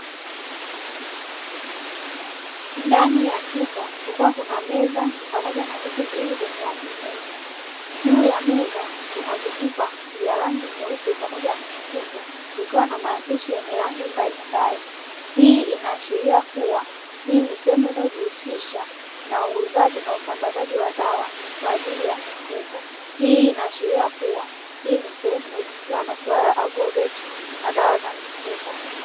Ndani ya chumba kukiwa kuna meza pamoja na viti viwili vyenye rangi nyeusi, juu ya meza kuna vichupa vya rangi nyeupe pamoja na nyekundu; vikiwa na maandishi yenye rangi mbalimbali. Hii inaashiria kuwa hii ni sehemu inayojihusisha na uuzaji na usambazaji wa dawa kwa ajili ya mifugo. Hii inaashiria kuwa hii ni sehemu inayojihusisha na masuala ya agroveti na dawa za mifugo.